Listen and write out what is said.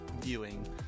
viewing